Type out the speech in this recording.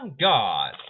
God